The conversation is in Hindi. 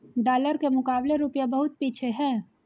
डॉलर के मुकाबले रूपया बहुत पीछे है